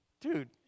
Dude